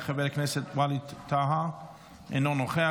אינו נוכח,